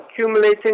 accumulating